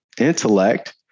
intellect